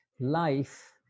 life